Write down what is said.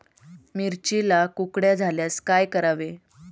मिरचीला कुकड्या झाल्यास काय करावे?